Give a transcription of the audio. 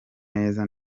neza